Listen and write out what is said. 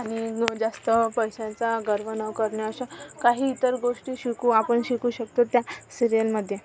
आणि नो जास्त पैशांचा गर्व न करणे अशा काही इतर गोष्टी शिकू आपण शिकू शकतो त्या सिरीयलमध्ये